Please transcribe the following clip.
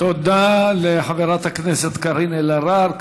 תודה לחברת הכנסת קארין אלהרר.